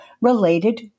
related